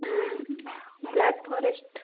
black forest